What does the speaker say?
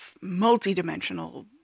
multi-dimensional